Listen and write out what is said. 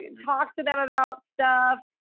and talks to them about stuff,